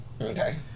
Okay